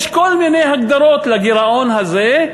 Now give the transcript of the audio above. יש כל מיני הגדרות לגירעון הזה,